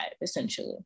essentially